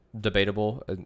debatable